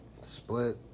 split